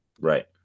Right